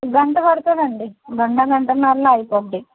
గంట పడతదండి గంట గంటన్నర్ర అయిపోద్ది